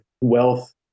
wealth